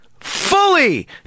fully